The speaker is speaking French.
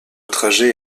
trajet